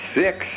six